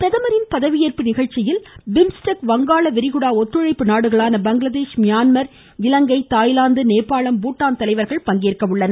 பிரதமரின் பதவியேற்பு நிகழ்ச்சியில் பிம்ஸ்டெக் வங்காள விரிகுடா ஒத்துழைப்பு நாடுகளான பங்களாதேஷ் மியான்மர் இலங்கை தாய்லாந்து நேபாளம் பூட்டான் தலைவர்கள் பங்கேற்கின்றனர்